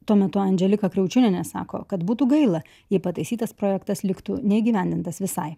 tuo metu andželika kriaučiūnienė sako kad būtų gaila jei pataisytas projektas liktų neįgyvendintas visai